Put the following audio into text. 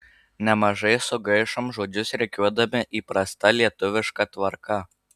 nemažai sugaišom žodžius rikiuodami įprasta lietuviška tvarka